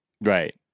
Right